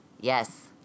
Yes